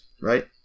right